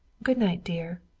good night, dear,